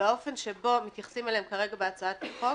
והאופן שבו מתייחסים אליהם כרגע בהצעת החוק